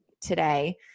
today